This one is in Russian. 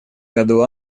году